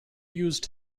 used